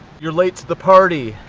you're late to the party.